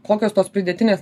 kokios tos pridėtinės